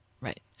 Right